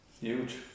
Huge